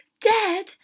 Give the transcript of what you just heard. dead